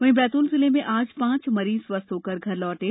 वहीं बैतूल जिले में आज पांच मरीज स्वस्थ होकर घर लौटे